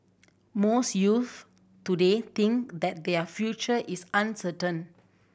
most youth today think that their future is uncertain